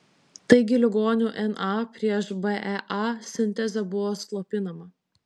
taigi ligonių na prieš bea sintezė buvo slopinama